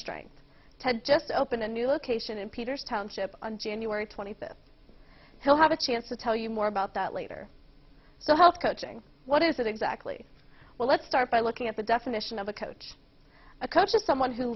strength ted just opened a new location in peter's township on january twenty fifth he'll have a chance to tell you more about that later so help coaching what is it exactly well let's start by looking at the definition of a coach a coach is someone who